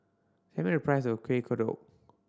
tell me the price of Kueh Kodok